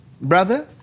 brother